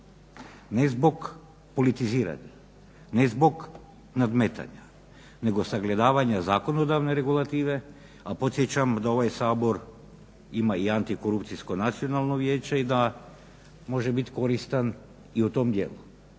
ne zbog politiziranja, ne zbog nadmetanja nego sagledavanja zakonodavne regulative. A podsjećam da ovaj Sabor ima i anti korupcijsko nacionalno vijeće i da može biti koristan i u tom dijelu.